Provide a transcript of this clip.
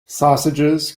sausages